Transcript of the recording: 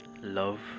love